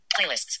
Playlists